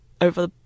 over